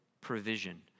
provision